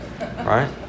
Right